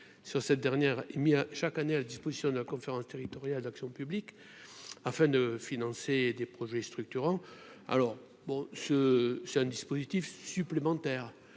sur cette dernière mis à chaque année à la disposition de la conférence territoriale, l'action publique afin de financer des projets structurants alors bon ce c'est un dispositif supplémentaire